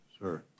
sir